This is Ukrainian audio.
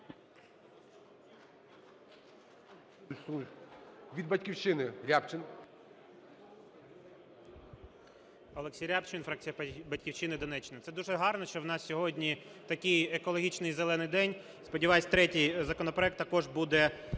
РЯБЧИН О.М. Олексій Рябчин, фракція "Батьківщини". Донеччина. Це дуже гарно, що у нас сьогодні такий екологічний "зелений" день, сподіваюсь, третій законопроект також буде